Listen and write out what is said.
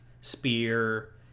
spear